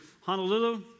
Honolulu